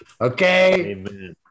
Okay